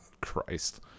christ